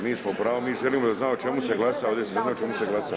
Pa mi smo u pravu, mi želimo da znamo o čemu se glasa ovdje, o čemu se glasa.